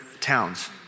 towns